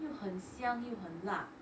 又很香又很辣:you hen xiang you hen lah